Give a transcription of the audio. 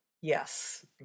Yes